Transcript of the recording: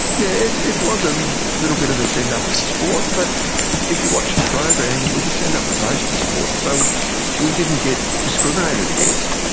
yeah it it was a little bit of a send-up of the sport, but if you watched the program it was a send-up of most of the sports. so we didn't get discriminated against.